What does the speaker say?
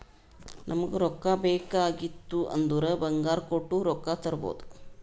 ನಮುಗ್ ರೊಕ್ಕಾ ಬೇಕ್ ಆಗಿತ್ತು ಅಂದುರ್ ಬಂಗಾರ್ ಕೊಟ್ಟು ರೊಕ್ಕಾ ತರ್ಬೋದ್